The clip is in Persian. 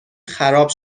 خراب